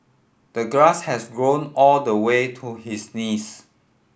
the grass has grown all the way to his knees